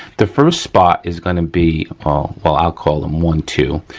the first spot is gonna be well i'll call them one, two.